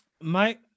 Mike